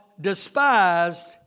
despised